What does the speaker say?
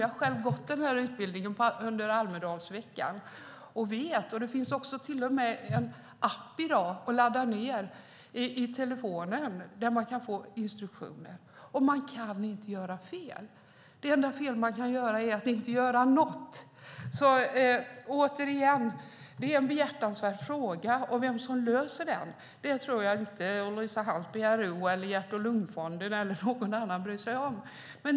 Jag har själv gått utbildningen under Almedalsveckan, så jag vet att det är så. Det finns till och en app i dag att ladda ned i telefonen där man kan få instruktioner. Man kan inte göra fel. Det enda fel man kan göra är att inte göra något. Återigen: Detta är en behjärtansvärd fråga. Vem som löser den tror jag inte att vare sig Ulricehamn PRO, Hjärt-Lungfonden eller någon annan bryr sig om.